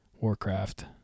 Warcraft